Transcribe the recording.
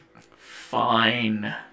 Fine